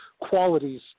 qualities